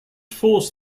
forced